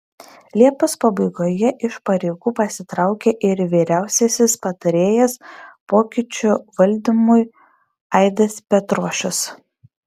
liepos pabaigoje iš pareigų pasitraukė ir vyriausiasis patarėjas pokyčių valdymui aidas petrošius